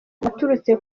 waturutse